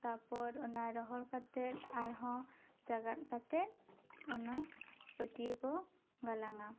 ᱛᱟᱨᱯᱚᱨ ᱚᱱᱟ ᱨᱚᱦᱚᱲ ᱠᱟᱛᱮᱜ ᱟᱨᱦᱚᱸ ᱡᱟᱜᱟᱲ ᱠᱟᱛᱮᱜ ᱚᱱᱟ ᱯᱟᱹᱴᱤᱭᱟᱹ ᱠᱚ ᱜᱟᱞᱟᱝᱼᱟ